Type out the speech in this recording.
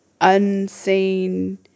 unseen